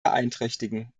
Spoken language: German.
beeinträchtigen